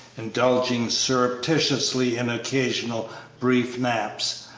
indulging surreptitiously in occasional brief naps,